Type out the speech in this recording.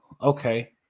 okay